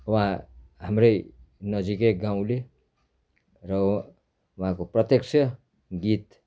उहाँ हाम्रै नजिकै गाउँले र उहाँको प्रत्यक्ष गीत